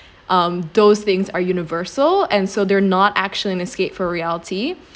um those things are universal and so they're not actually an escape for reality